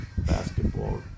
Basketball